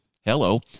Hello